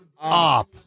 up